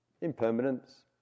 Impermanence